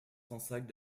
sansac